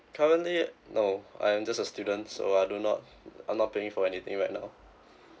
currently no I'm just a student so I do not I'm not paying for anything right now